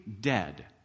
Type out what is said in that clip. dead